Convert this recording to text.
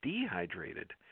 dehydrated